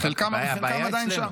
חלקם עדיין שם.